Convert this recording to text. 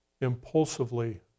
impulsively